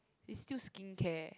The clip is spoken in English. is still skincare